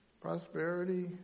prosperity